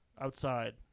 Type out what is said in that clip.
Outside